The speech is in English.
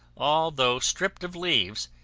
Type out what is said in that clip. although stripped of leaves,